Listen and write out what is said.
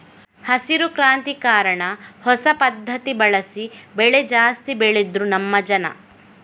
ಹಸಿರು ಕ್ರಾಂತಿ ಕಾರಣ ಹೊಸ ಪದ್ಧತಿ ಬಳಸಿ ಬೆಳೆ ಜಾಸ್ತಿ ಬೆಳೆದ್ರು ನಮ್ಮ ಜನ